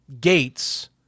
gates